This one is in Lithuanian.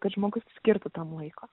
kad žmogus skirtų tam laiko